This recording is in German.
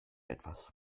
etwas